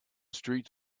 street